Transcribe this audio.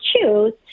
choose